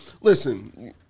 Listen